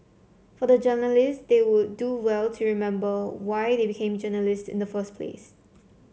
for the journalists they would do well to remember why they become journalists in the first place